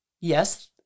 Yes